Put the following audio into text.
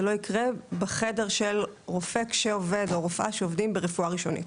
זה לא יקרה בחדר של רופא או רופאה כשהם עובדים ברפואה ראשונית.